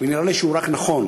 ונראה לי שהוא רק נכון.